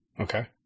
Okay